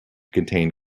contain